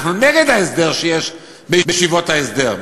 אנחנו נגד ההסדר שיש בישיבות ההסדר,